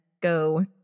go